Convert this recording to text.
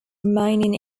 remain